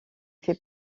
fait